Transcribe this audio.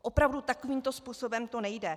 Opravdu, takovýmto způsobem to nejde.